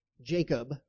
Jacob